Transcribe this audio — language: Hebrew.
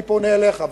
אני פונה אליך,